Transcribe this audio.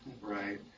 right